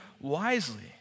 wisely